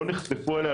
לא נחשפו אליה,